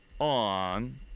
on